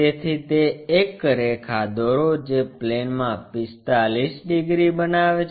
તેથી તે એક રેખા દોરો જે પ્લેનમાં 45 ડિગ્રી બનાવે છે